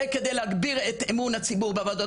זה כדי להגביר את אמון הציבור בוועדות